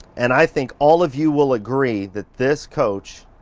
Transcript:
and i think all of you will agree that this coach